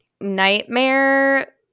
nightmare